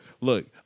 Look